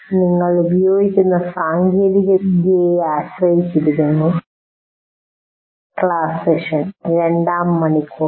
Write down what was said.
ഇത് നിങ്ങൾ ഉപയോഗിക്കുന്ന സാങ്കേതികവിദ്യയെ ആശ്രയിച്ചിരിക്കുന്നു ക്ലാസ്സ് സെഷൻ രണ്ടാം മണിക്കൂർ